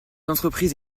entreprises